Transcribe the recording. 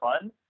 fun